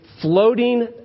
floating